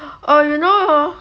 oh you know hor